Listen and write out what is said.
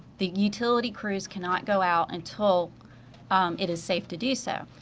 the utility crews cannot go out until it is safe to do so.